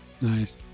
nice